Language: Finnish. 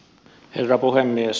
herra puhemies